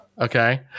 Okay